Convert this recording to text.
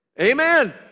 Amen